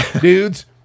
dudes